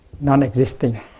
non-existing